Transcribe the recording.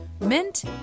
mint